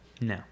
No